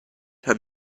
have